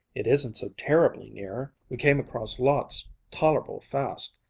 it isn't so terribly near. we came across lots tolerable fast.